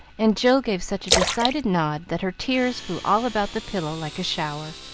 and jill gave such a decided nod that her tears flew all about the pillow like a shower.